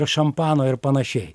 šampano ir panašiai